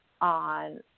on